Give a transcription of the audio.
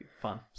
fun